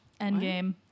Endgame